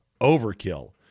overkill